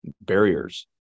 barriers